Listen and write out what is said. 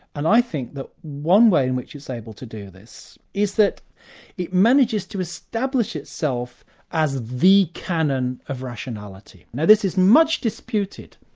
and i think that one way in which it's able to do this is that it manages to establish itself as the canon of rationality. now this is much disputed,